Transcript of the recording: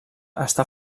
està